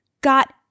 got